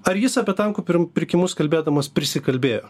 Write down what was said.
ar jis apie tankų pirm pirkimus kalbėdamas prisikalbėjo